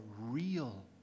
real